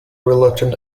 reluctant